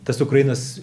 tas ukrainos